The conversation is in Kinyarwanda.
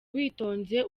witonze